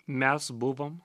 mes buvom